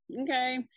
okay